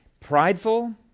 prideful